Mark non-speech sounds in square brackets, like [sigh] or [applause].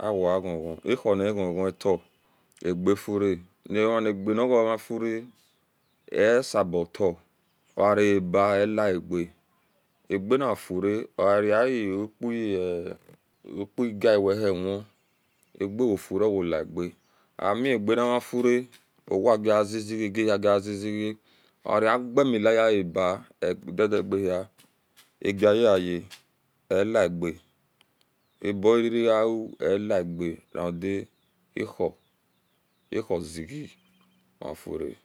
Awoa ghon ghon ahwai ghon ghon tae agefure [hesitation] omanigeniga mafure asobota ogava abia elaege agenifura ogavea upu [hesitation] upu gani wehewin agewofure owalige amiageni nfure owa gizeze agihazizeze ogareabio mila yaba edidi gie hia ageye aye elige eburereyawu elige ahu ahuziezie ofure